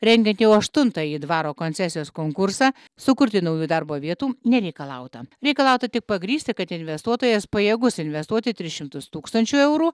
rengiant jau aštuntąjį dvaro koncesijos konkursą sukurti naujų darbo vietų nereikalauta reikalauta tik pagrįsti kad investuotojas pajėgus investuoti tris šimtus tūkstančių eurų